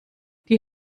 die